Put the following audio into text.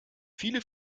viele